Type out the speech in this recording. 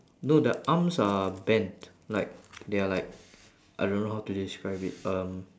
no the arms are bent like they're like I don't know how to describe it um